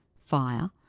fire